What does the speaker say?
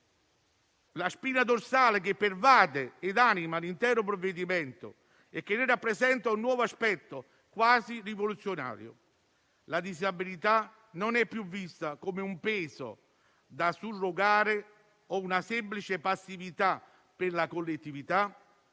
la spina dorsale che pervade e anima l'intero provvedimento e ne rappresenta un nuovo aspetto quasi rivoluzionario è che la disabilità non è più vista come un peso da surrogare o una semplice passività per la collettività,